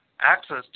access